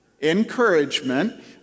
encouragement